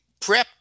prepped